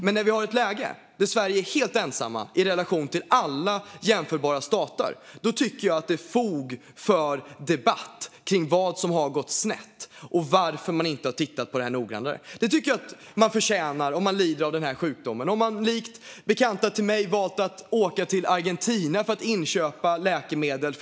Men när Sverige är helt ensamma i relation till alla jämförbara stater tycker jag att det finns fog för debatt om vad som har gått snett och varför man inte har tittat noggrannare på det här. Jag tycker att den som lider av den sjukdomen förtjänar det. För att överleva har bekanta till mig valt att åka till Argentina för att köpa läkemedel.